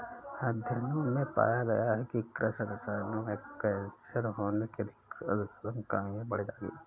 अध्ययनों में पाया गया है कि कृषि रसायनों से कैंसर होने की आशंकाएं बढ़ गई